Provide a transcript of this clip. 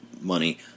money